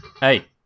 Hey